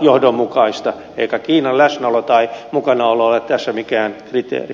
johdonmukaista eikä kiinan läsnäolo tai mukanaolo ole tässä mikään kriteeri